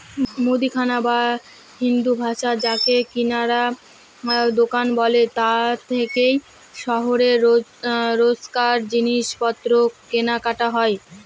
মুদিখানা বা হিন্দিভাষায় যাকে কিরায়া দুকান বলে তা থেকেই শহরে রোজকার জিনিসপত্র কেনাকাটা হয়